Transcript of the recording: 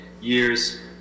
years